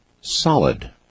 solid